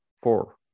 Four